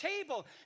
table